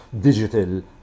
digital